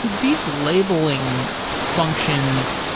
these labeling functions,